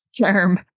term